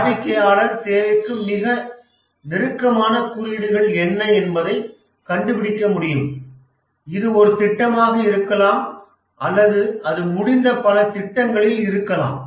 வாடிக்கையாளர் தேவைக்கு மிக நெருக்கமான குறியீடுகள் என்ன என்பதை கண்டுபிடிக்க முடியும் இது ஒரு திட்டமாக இருக்கலாம் அல்லது அது முடிந்த பல திட்டங்களில் இருக்கலாம்